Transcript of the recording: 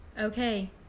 Okay